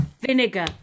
vinegar